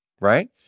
right